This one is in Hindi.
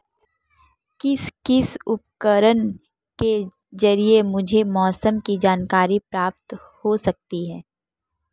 किस किस उपकरण के ज़रिए मुझे मौसम की जानकारी प्राप्त हो सकती है?